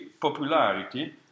popularity